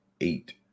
eight